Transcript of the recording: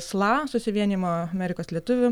sla susivienijimo amerikos lietuvių